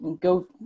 go